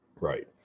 right